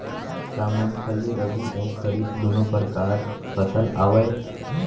का मूंगफली रबि अऊ खरीफ दूनो परकार फसल आवय?